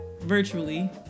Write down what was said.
virtually